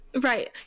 Right